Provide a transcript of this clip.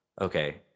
okay